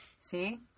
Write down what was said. See